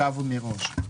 בכתב ומראש.